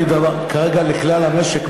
אני כרגע מדבר על כלל המשק,